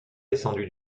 descendu